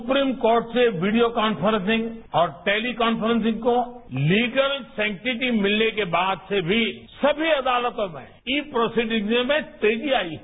supreme court से video conferencing और tele conferencing को तीगल संक्टिटी मिलने के बाद से भी समी अदालतों में ई प्रोसीरिंग्स में तेजी आई है